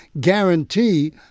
guarantee